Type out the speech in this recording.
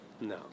no